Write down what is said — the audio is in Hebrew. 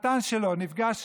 החתן שלו נפגש